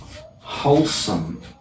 wholesome